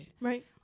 Right